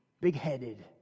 Big-headed